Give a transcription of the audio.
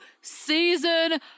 season